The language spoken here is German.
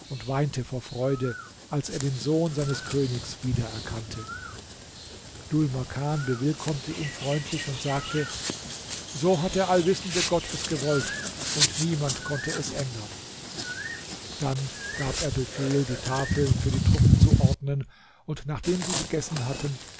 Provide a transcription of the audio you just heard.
und weinte vor freude als er den sohn seines königs wieder erkannte dhul makan bewillkommte ihn freundlich und sagte so hat der allwissende gott es gewollt und niemand konnte es ändern dann gab er befehl die tafeln für die truppen zu ordnen und nachdem sie gegessen hatten